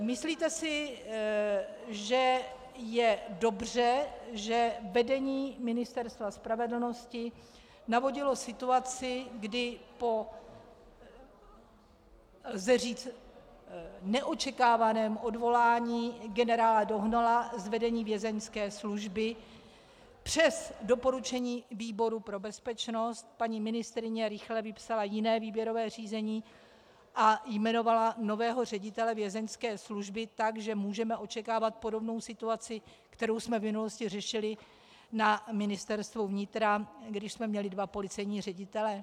Myslíte si, že je dobře, že vedení Ministerstva spravedlnosti navodilo situaci, kdy po lze říci neočekávaném odvolání generála Dohnala z vedení Vězeňské služby přes doporučení výboru pro bezpečnost paní ministryně rychle vypsala jiné výběrové řízení a jmenovala nového ředitele Vězeňské služby tak, že můžeme očekávat podobnou situaci, kterou jsme v minulosti řešili na Ministerstvu vnitra, když jsme měli dva policejní ředitele?